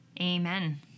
Amen